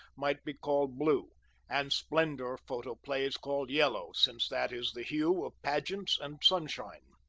might be called blue and splendor photoplays called yellow, since that is the hue of pageants and sunshine.